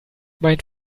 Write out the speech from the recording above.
mein